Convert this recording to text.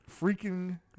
freaking